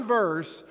verse